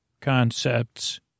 concepts